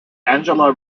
angela